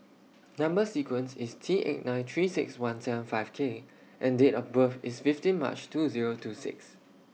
Number sequence IS T eight nine three six one seven five K and Date of birth IS fifteen March two Zero two six